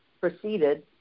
proceeded